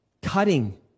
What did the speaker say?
Cutting